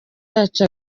yacu